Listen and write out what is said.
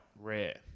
rare